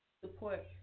support